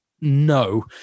no